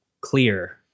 clear